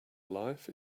life